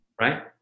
right